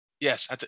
Yes